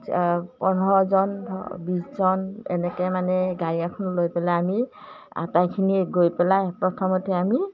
পোন্ধৰজন বিছজন এনেকৈ মানে গাড়ী এখন লৈ পেলাই আমি আটাইখিনিয়ে গৈ পেলাই প্ৰথমতে আমি